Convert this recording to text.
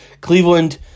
Cleveland